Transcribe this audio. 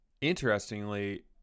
Interestingly